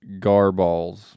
Garballs